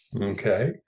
Okay